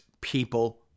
people